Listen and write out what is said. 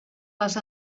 les